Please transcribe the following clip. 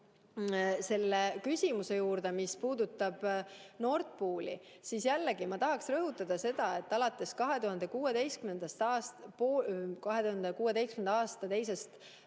selle küsimuse juurde, mis puudutab Nord Pooli, ma tahaksin jällegi rõhutada seda, et alates 2016. aasta teisest